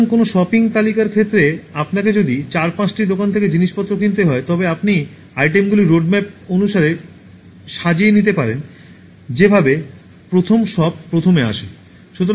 সুতরাং কোনও শপিং তালিকার ক্ষেত্রে আপনাকে যদি 4 5 টি দোকান থেকে জিনিসপত্র কিনতে হয় তবে আপনি আইটেমগুলি রোডম্যাপ অনুসারে সাজিয়ে নিতে পারেন যেভাবে প্রথম শপ প্রথমে আসে